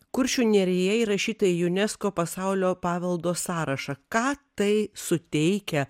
kuršių nerija įrašyta į unesco pasaulio paveldo sąrašą ką tai suteikia